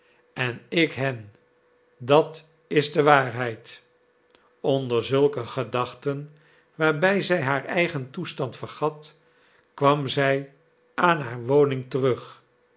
en ik hen dat is de waarheid onder zulke gedachten waarbij zij haar eigen toestand vergat kwam zij aan haar woning terug